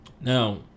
Now